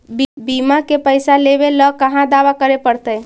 बिमा के पैसा लेबे ल कहा दावा करे पड़तै?